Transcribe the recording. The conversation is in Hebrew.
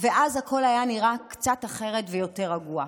ואז הכול היה נראה קצת אחרת ויותר רגוע.